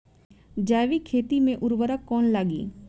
जैविक खेती मे उर्वरक कौन लागी?